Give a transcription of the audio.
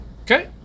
Okay